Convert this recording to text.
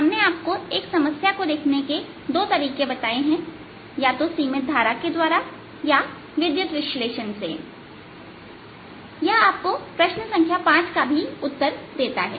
हमने आपको एक समस्या को देखने के दो तरीके बताए हैं या तो सीमित धारा के द्वारा या विद्युत विश्लेषण से यह आपको प्रश्न संख्या 5 का भी उत्तर देता है